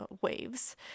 waves